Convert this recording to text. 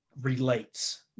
relates